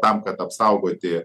tam kad apsaugoti